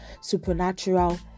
supernatural